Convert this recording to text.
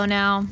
now